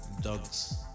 Dogs